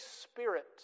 Spirit